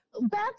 Back